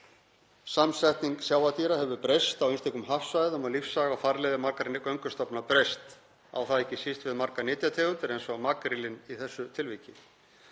Samsetning sjávardýra hefur breyst á einstökum hafsvæðum og lífsaga og farleiðir margra göngustofna breyst. Á það ekki síst við um margar nytjategundir, eins og makrílinn í þessu tilviki.